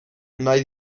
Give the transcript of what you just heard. nahi